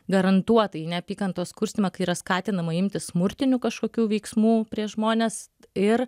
garantuotai į neapykantos kurstymą kai yra skatinama imtis smurtinių kažkokių veiksmų prieš žmones ir